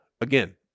again